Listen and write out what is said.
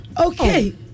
Okay